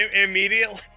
immediately